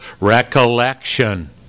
recollection